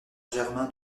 germain